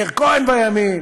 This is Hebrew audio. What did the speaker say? מאיר כהן בימין.